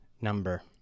number